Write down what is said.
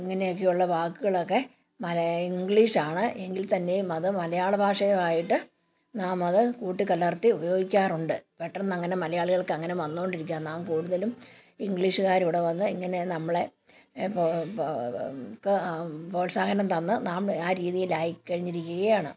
ഇങ്ങനെയൊക്കെയുള്ള വാക്കുകളൊക്കെ മല ഇംഗ്ലീഷാണ് എങ്കിൽ തന്നെയും മലയാള ഭാഷ ആയിട്ട് നാമത് കൂട്ടിക്കലർത്തി ഉപയോഗിക്കാറുണ്ട് പെട്ടെന്നങ്ങനെ മലയാളികൾക്കങ്ങനെ വന്നുകൊണ്ടിരിക്യ നാം കൂടുതലും ഇംഗ്ലീഷുകാരിവിടെ വന്ന് ഇങ്ങനെ നമ്മളെ ക്ക് പ്രോത്സാഹനം തന്ന് നാം ആ രീതിയിലായി കഴിഞ്ഞിരിക്കുകയാണ്